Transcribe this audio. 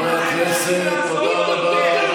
חברי הכנסת, תודה רבה.